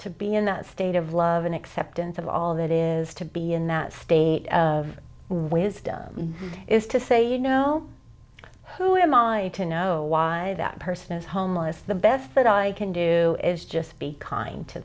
to be in that state of love and acceptance of all that is to be in that state of wisdom is to say you know who am i to know why that person is homeless the best that i can do is just be kind to